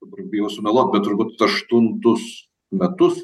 dabar bijau sumeluot bet turbūt aštuntus metus